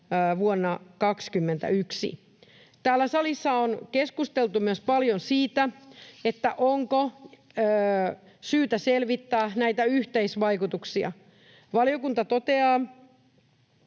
vuonna 21. Täällä salissa on keskusteltu myös paljon siitä, onko syytä selvittää näitä yhteisvaikutuksia. Valiokunta toteaa